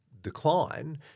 decline